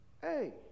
Hey